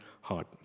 heart